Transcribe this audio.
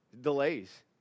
Delays